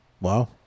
Wow